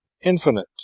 infinite